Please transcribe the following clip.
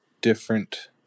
different